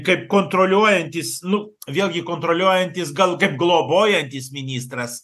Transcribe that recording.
kaip kontroliuojantys nu vėlgi kontroliuojantys gal kaip globojantis ministras